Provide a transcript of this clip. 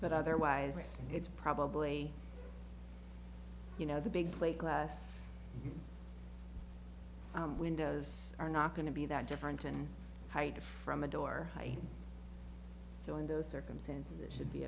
but otherwise it's probably you know the big plate glass windows are not going to be that different in height from a door height so in those circumstances it should be